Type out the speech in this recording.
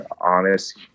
honest